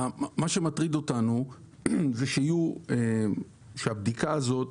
מה שמטריד אותנו זה שהבדיקה הזאת